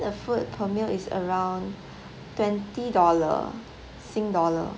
the food per meal is around twenty dollar sing dollar